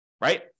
Right